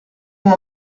com